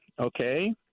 okay